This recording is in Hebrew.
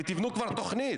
ותבנו כבר תוכנית.